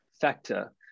factor